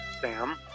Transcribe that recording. Sam